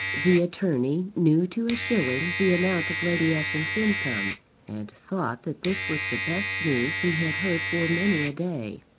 the attorney knew to a shilling the amount of lady ushant's income and thought that this was the best news he had heard for many a day.